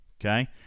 Okay